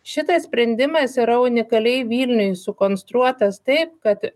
šitas sprendimas yra unikaliai vilniui sukonstruotas taip kad